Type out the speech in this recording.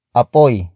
apoy